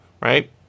right